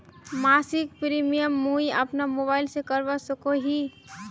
मासिक प्रीमियम मुई अपना मोबाईल से करवा सकोहो ही?